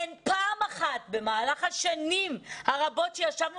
אין פעם אחת במהלך השנים הרבות שישבנו